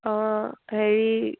অঁ হেৰি